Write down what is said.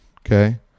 okay